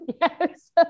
yes